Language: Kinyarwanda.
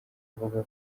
avuga